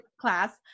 class